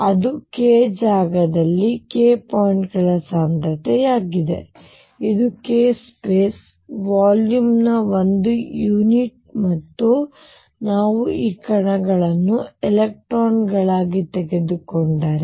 ಅದು k ಜಾಗದಲ್ಲಿ k point ಗಳ ಸಾಂದ್ರತೆಯಾಗಿದೆ ಇದು k ಸ್ಪೇಸ್ ವಾಲ್ಯೂಮ್ ನ ಒಂದು ಯೂನಿಟ್ಗೆ ಮತ್ತು ನಾವು ಈ ಕಣಗಳನ್ನು ಎಲೆಕ್ಟ್ರಾನ್ಗಳಾಗಿ ತೆಗೆದುಕೊಂಡರೆ